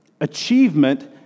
achievement